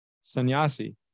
sannyasi